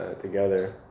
together